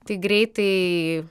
tai greitai